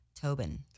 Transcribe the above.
Tobin